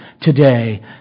today